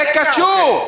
זה קשור,